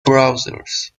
browsers